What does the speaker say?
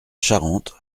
charente